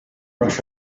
rush